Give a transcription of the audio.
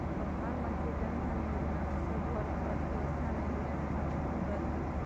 प्रधानमंत्री जनधन जोजना सभ वर्गके अर्थव्यवस्था से जुरेमें महत्वपूर्ण काज कल्कइ ह